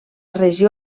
regió